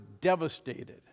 devastated